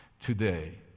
today